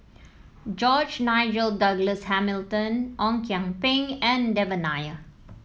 George Nigel Douglas Hamilton Ong Kian Peng and Devan Nair